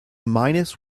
minus